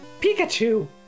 Pikachu